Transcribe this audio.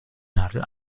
nadel